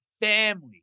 family